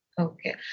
Okay